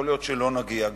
יכול להיות שגם לא נגיע,